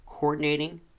coordinating